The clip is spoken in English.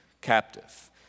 captive